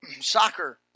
soccer